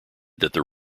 that